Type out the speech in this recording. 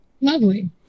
Lovely